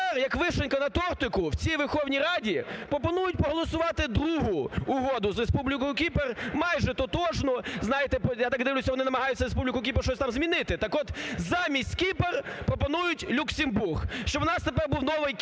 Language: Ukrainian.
замість Кіпр пропонують Люксембург, щоб у нас тепер був новий Кіпр,